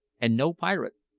and no pirate,